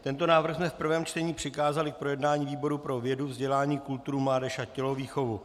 Tento návrh jsme v prvém čtení přikázali k projednání výboru pro vědu, vzdělání, kulturu, mládež a tělovýchovu.